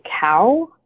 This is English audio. cow